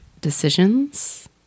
decisions